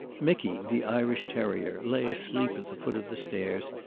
micky, the irish terrier, lay asleep at the foot of the stairs,